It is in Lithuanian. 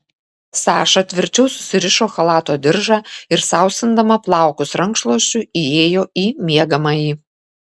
saša tvirčiau susirišo chalato diržą ir sausindama plaukus rankšluosčiu įėjo į miegamąjį